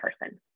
person